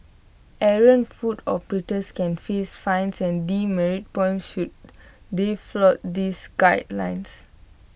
errant food operators can face fines and demerit points should they flout these guidelines